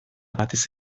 batez